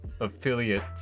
affiliate